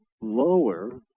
lower